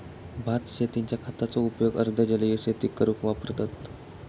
भात शेतींच्या खताचो उपयोग अर्ध जलीय शेती करूक वापरतत